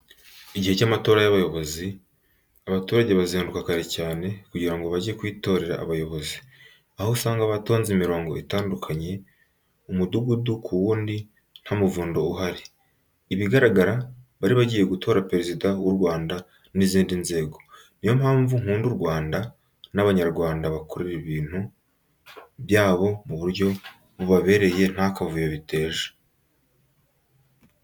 Igihe cy'amatora y'abayobozi, abaturage bazinduka kare cyane kugira ngo bajye kwitorera abayobozi. Aho usanga batonze imirongo itandukanye, umudugudu ku wundi nta muvundo uhari. Ibigaragara bari bagiye gutora perezida w'u Rwanda n'izindi nzego. Niyo mpamvu nkunda u Rwanda n'Abanyarwanda bikorera ibintu byabo mu buryo bubabereye nta kavuyo biteje.